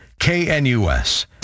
KNUS